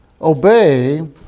obey